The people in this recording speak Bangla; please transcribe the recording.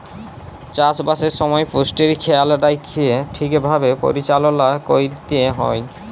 চাষবাসের সময় পুষ্টির খেয়াল রাইখ্যে ঠিকভাবে পরিচাললা ক্যইরতে হ্যয়